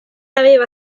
aveva